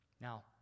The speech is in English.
Now